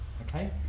okay